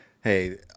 Hey